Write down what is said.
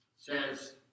Says